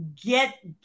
Get